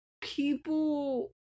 people